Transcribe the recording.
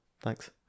thanks